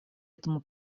этому